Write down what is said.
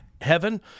heaven